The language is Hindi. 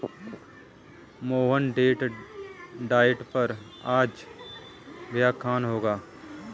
मोहन डेट डाइट पर आज व्याख्यान होगा